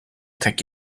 tek